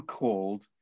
called